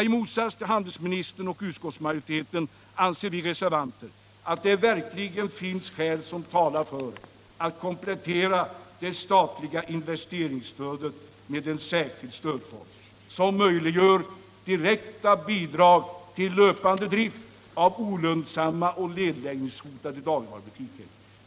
I motsats till handelsministern och utskottsmajoriteten anser vi reservanter att det verkligen finns skäl som talar för att komplettera det statliga investeringsstödet med en särskild stödform, som möjliggör direkta bidrag till löpande drift av olönsamma och nedläggningshotade dagligvarubutiker.